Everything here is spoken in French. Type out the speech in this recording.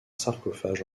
sarcophage